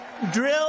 drill